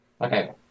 Okay